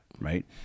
right